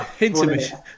intermission